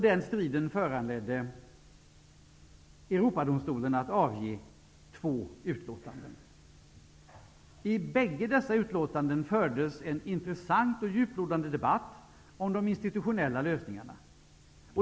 Den striden föranledde Europadomstolen att avge två utlåtanden. I bägge dessa utlåtanden fördes en intressant och djuplodandet debatt om de institutionella lösningarna.